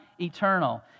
eternal